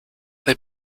they